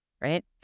right